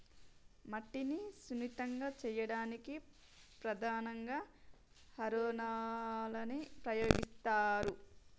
మట్టిని సున్నితంగా చేయడానికి ప్రధానంగా హారోలని ఉపయోగిస్తరు